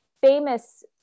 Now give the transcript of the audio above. famous